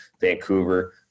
Vancouver